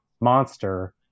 monster